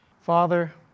Father